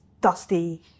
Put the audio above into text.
dusty